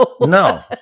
no